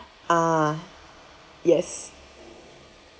ah yes